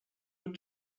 with